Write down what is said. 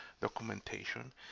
documentation